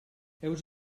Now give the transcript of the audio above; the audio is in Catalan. heus